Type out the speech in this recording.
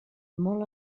molt